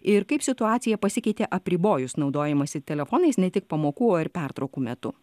ir kaip situacija pasikeitė apribojus naudojimąsi telefonais ne tik pamokų ar pertraukų metu